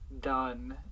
done